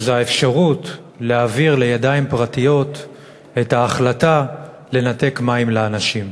וזו האפשרות להעביר לידיים פרטיות את ההחלטה לנתק מים לאנשים.